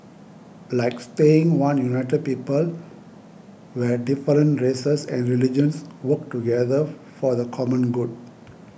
like staying one united people where different races and religions work together for the common good